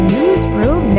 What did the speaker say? Newsroom